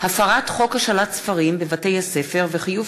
הפרת חוק השאלת ספרים בבתי-הספר וחיוב